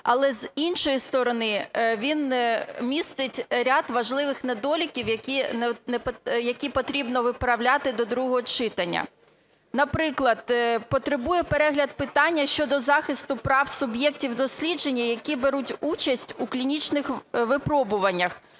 Але, з іншої сторони, він містить ряд важливих недоліків, які потрібно виправляти до другого читання. Наприклад, потребує перегляду питання щодо захисту прав суб'єктів дослідження, які беруть участь у клінічних випробуваннях,